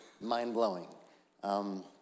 mind-blowing